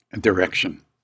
direction